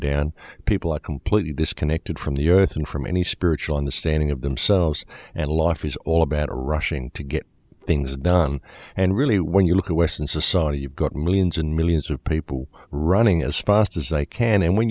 down people are completely disconnected from the earth and from any spiritual understanding of themselves and lofty is all about rushing to get things done and really when you look at western society you've got millions and millions of people who read thing as fast as i can and when